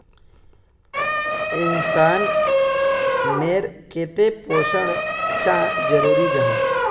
इंसान नेर केते पोषण चाँ जरूरी जाहा?